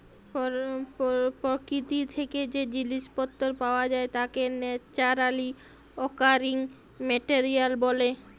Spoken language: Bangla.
পরকিতি থ্যাকে যে জিলিস পত্তর পাওয়া যায় তাকে ন্যাচারালি অকারিং মেটেরিয়াল ব্যলে